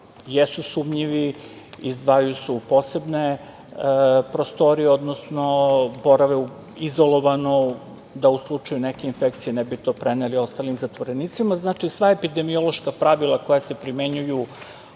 jesu sumnjivi, izdvajaju se u posebne prostorije, odnosno, borave izolovano, da u slučaju neke infekcije ne bi to preneli ostalim zatvorenicima. Znači, sva epidemiološka pravila koja se primenjuju